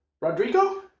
Rodrigo